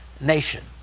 nation